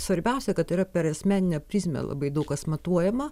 svarbiausia kad yra per asmeninę prizmę labai daug kas matuojama